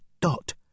dot